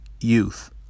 Youth